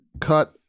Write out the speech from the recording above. cut